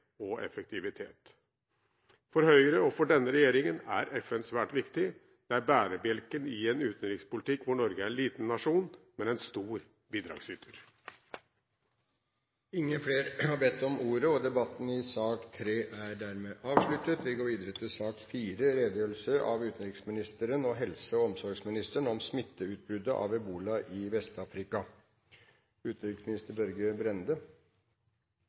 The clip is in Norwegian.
og effektivitet. For Høyre og for denne regjeringen er FN svært viktig. Det er bærebjelken i en utenrikspolitikk hvor Norge er en liten nasjon, men en stor bidragsyter. Flere har ikke bedt om ordet til sak nr. 3. Takk for at vi har fått anledning til å redegjøre om ebola og